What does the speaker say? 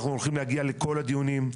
אנחנו הולכים להגיע לכל הדיונים,